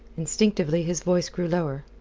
instinctively his voice grew lower.